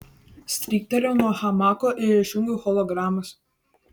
stryktelėjau nuo hamako ir išjungiau hologramas